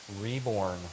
reborn